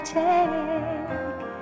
take